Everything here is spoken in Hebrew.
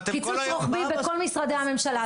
אבל אתם כל היום --- קיצוץ רוחבי בכל משרדי הממשלה,